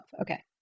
Okay